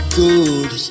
good